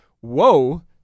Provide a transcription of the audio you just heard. whoa